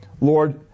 Lord